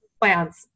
plans